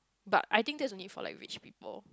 but I think that's only for like rich people